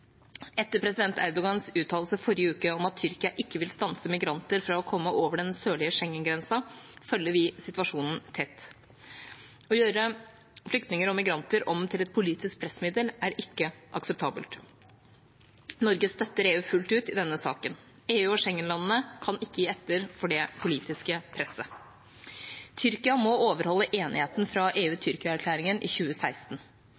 Erdogans uttalelse forrige uke om at Tyrkia ikke vil stanse migranter fra å komme over den sørlige Schengen-grensen, følger vi situasjonen tett. Å gjøre flyktninger og migranter om til et politisk pressmiddel er ikke akseptabelt. Norge støtter EU fullt ut i denne saken. EU- og Schengen-landene kan ikke gi etter for det politiske presset. Tyrkia må overholde enigheten i EU–Tyrkia-erklæringen fra